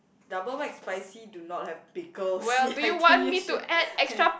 double McSpicy do not have pickles ya I think you should